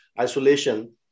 isolation